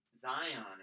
Zion